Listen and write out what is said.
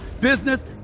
business